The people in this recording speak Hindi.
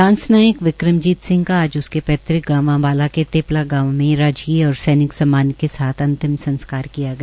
लांस नायक विक्रमजीत सिंह का आज उसके पैतृक गांव अम्बाला के तेपला में राजकीय और सैनिक सम्मान के साथ अंतिम संस्कार किया गया